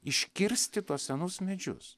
iškirsti tuos senus medžius